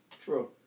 True